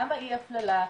גם האי-הפללה,